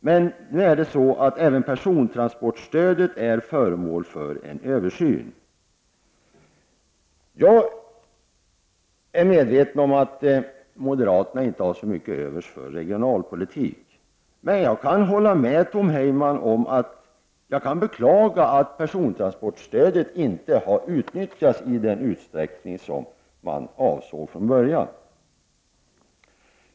Nu är förhållandet det att även persontransportstödet är föremål för en översyn. Jag är medveten om att moderaterna inte har mycket till övers för regionalpolitik, men jag kan hålla med Tom Heyman om, samtidigt som jag beklagar det, att persontransportstödet inte har utnyttjats i den utsträckning som man avsåg från början.